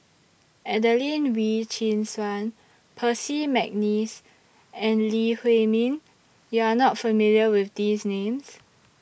Adelene Wee Chin Suan Percy Mcneice and Lee Huei Min YOU Are not familiar with These Names